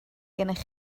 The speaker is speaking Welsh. gennych